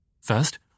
First